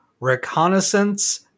Reconnaissance